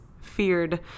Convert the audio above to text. feared